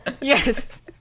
Yes